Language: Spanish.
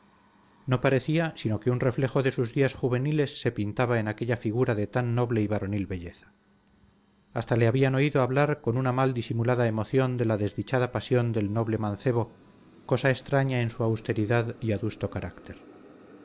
no parecía sino que un reflejo de sus días juveniles se pintaba en aquella figura de tan noble y varonil belleza hasta le habían oído hablar con una mal disimulada emoción de la desdichada pasión del noble mancebo cosa extraña en su austeridad y adusto carácter